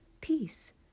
peace